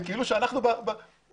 זה כאילו אנחנו במלחמה.